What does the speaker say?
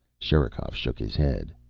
sherikov shook his head.